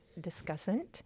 discussant